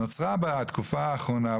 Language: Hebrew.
נוצרה בתקופה האחרונה,